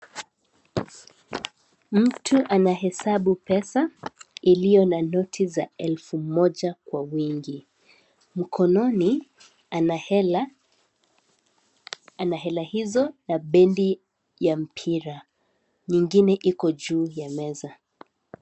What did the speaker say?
Mtu anahesabu pesa, iliyo na noti za elfu moja kwa wingi. Mkononi, ana hela ana hela hizo, na bendi ya mpira. Nyingine iko juu ya meza.